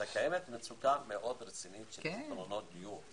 שקיימת מצוקה מאוד רצינית של פתרונות דיור.